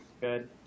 good